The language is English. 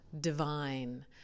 divine